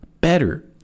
better